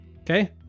Okay